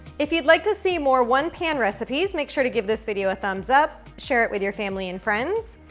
if you'd like to see more one-pan recipes, make sure to give this video a thumbs up, share it with your family and friends,